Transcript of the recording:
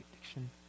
addiction